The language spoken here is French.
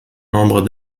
nombre